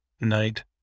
night